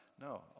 no